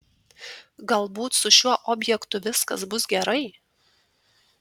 galbūt su šiuo objektu viskas bus gerai